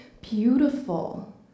beautiful